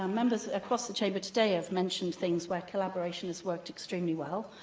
um members across the chamber today have mentioned things where collaboration has worked extremely well.